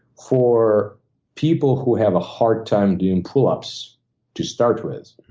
for people who have a hard time doing pull-ups to start with,